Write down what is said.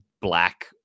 black